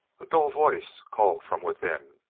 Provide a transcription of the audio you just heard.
a dull voice called from within,